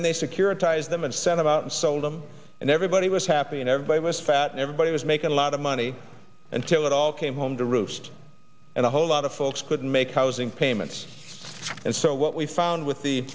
then they securitize them and sent it out and sold them and everybody was happy and everybody was fat and everybody was making a lot of money until it all came home to roost and a whole lot of folks couldn't make housing payments and so what we've found with the